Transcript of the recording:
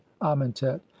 amentet